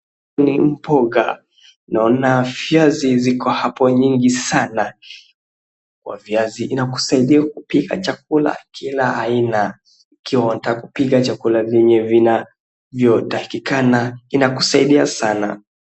Ni mboga, naona viazi ziko hapo nyingi sana, na viazi inakusaidia kupika chakula kila aina, ikiwa unataka kupika chakula vyenye vinavyotakikana inakusaidia sana.